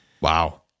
Wow